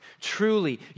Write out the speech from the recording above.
truly